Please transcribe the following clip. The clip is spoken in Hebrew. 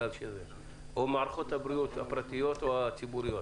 או אצל מערכות הבריאות הפרטיות או הציבוריות.